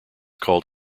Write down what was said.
called